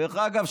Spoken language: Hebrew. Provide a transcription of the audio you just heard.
דרך אגב,